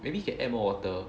maybe you can add more water